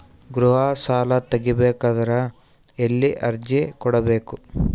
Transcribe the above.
ಗೃಹ ಸಾಲಾ ತಗಿ ಬೇಕಾದರ ಎಲ್ಲಿ ಅರ್ಜಿ ಕೊಡಬೇಕು?